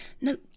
no